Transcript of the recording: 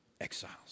exiles